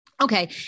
Okay